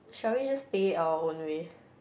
shall we just stay our own way